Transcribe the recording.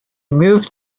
moved